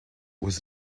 was